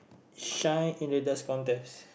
shine in the Dance Contest